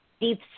deep